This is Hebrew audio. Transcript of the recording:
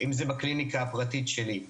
בקליניקה הפרטית שלי,